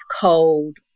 cold